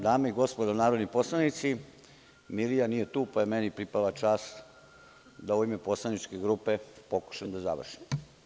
Dame i gospodo narodni poslanici, Milija nije tu, pa je meni pripala čast da u ime poslaničke grupe pokušam da završim.